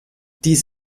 dies